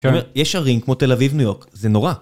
יש ערים כמו תל אביב, ניו יורק, זה נורא.